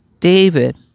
David